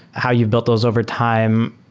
how you've built those overtime?